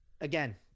again